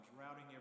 routing